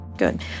good